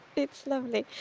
it's lovely.